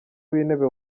w’intebe